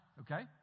Okay